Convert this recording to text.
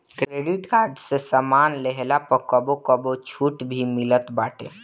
credit card से सामान लेहला पअ कबो कबो छुट भी मिलत बाटे